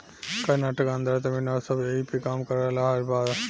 कर्नाटक, आन्द्रा, तमिलनाडू सब ऐइपे काम कर रहल बा